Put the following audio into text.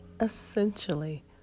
essentially